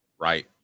right